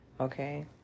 Okay